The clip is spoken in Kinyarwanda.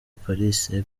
paris